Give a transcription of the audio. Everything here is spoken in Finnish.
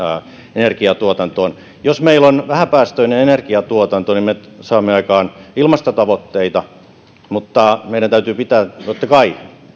energiatuotantoon jos meillä on vähäpäästöinen energiatuotanto me saamme aikaan ilmastotavoitteita mutta meidän täytyy pitää totta kai